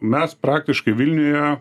mes praktiškai vilniuje